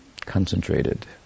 concentrated